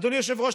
אדוני היושב-ראש,